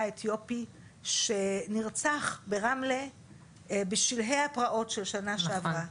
אתיופי שנרצח ברמלה בשלהי הפרעות של שנה שעברה,